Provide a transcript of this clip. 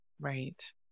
Right